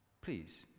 please